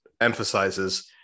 emphasizes